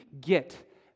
get